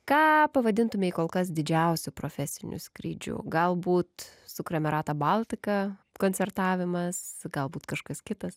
ką pavadintumei kol kas didžiausiu profesiniu skrydžiu galbūt su kremerata baltika koncertavimas galbūt kažkas kitas